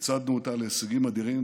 הצעדנו אותה להישגים אדירים,